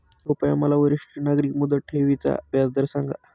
कृपया मला वरिष्ठ नागरिक मुदत ठेवी चा व्याजदर सांगा